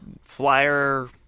flyer